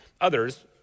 Others